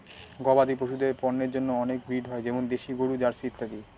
গবাদি পশুদের পন্যের জন্য অনেক ব্রিড হয় যেমন দেশি গরু, জার্সি ইত্যাদি